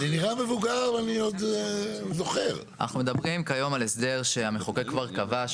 אנחנו מדברים כיום על הסדר שהמחוקק כבר קבע,